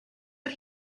but